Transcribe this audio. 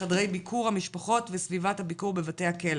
חדרי ביקור המשפחות וסביבת הביקור בבתי הכלא.